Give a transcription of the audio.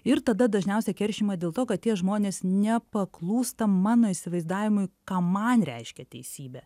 ir tada dažniausiai keršijama dėl to kad tie žmonės nepaklūsta mano įsivaizdavimui ką man reiškia teisybė